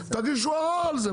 תגידו ערר על זה.